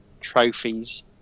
trophies